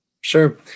Sure